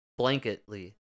blanketly